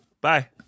bye